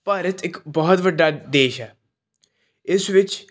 ਭਾਰਤ ਇੱਕ ਬਹੁਤ ਵੱਡਾ ਦੇਸ਼ ਹੈ ਇਸ ਵਿੱਚ